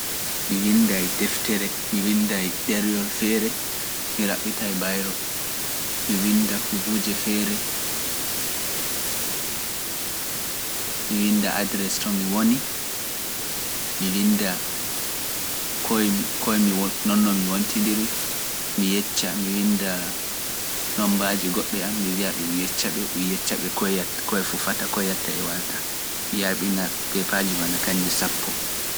Mi winndai deftere, mi winnda e ɗeriyol feere, mi raɓɓita e bayro, mi winnda fu kuuje feere, mi winnda adres to mi woni, mi winnda koye mi wontiɗiri, mi yecca, mi winnda nombaji goɗɓe am, mi wiya ɗum yecca ɓe, ɗum yecca ɓe koye yetta, koye foofata koye yetta e warta, mi yarɓina peepaji ma na kanji sappo.